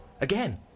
Again